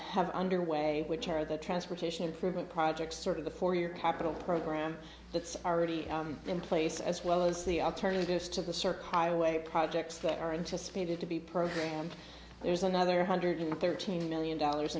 have under way which are the transportation improvement projects sort of the for your capital program that's already in place as well as the alternatives to the circuit away projects that are into spaded to be program there's another hundred thirteen million dollars